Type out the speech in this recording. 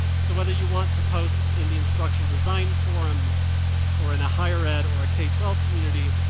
so whether you want to post in the instructural design forums or in a higher-ed or a k twelve community,